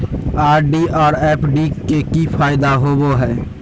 RD और FD के की फायदा होबो हइ?